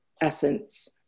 essence